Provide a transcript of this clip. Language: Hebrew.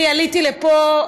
אני עליתי לפה,